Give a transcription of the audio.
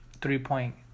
three-point